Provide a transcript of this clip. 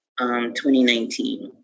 2019